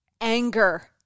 Anger